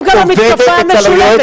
להתפרץ.